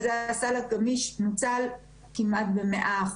הסל הגמיש נוצל כמעט ב-100%.